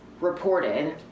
reported